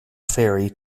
ferry